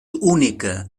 única